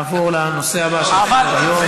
לעבור לנושא הבא שעל סדר-היום.